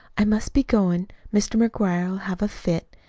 i must be goin'. mr. mcguire'll have a fit.